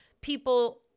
people